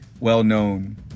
well-known